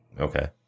Okay